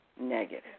negative